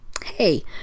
Hey